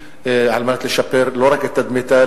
על מנת לשפר לא רק את תדמיתה,